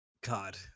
God